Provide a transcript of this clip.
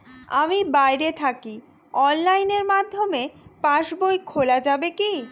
আমি বাইরে থাকি অনলাইনের মাধ্যমে পাস বই খোলা যাবে কি?